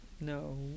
No